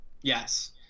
Yes